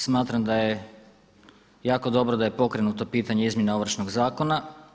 Smatram da je jako dobro da je pokrenuto pitanje izmjena Ovršnog zakona.